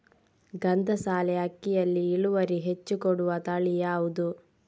ಗಂಧಸಾಲೆ ಅಕ್ಕಿಯಲ್ಲಿ ಇಳುವರಿ ಹೆಚ್ಚು ಕೊಡುವ ತಳಿ ಯಾವುದು?